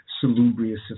salubrious